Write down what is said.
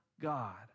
God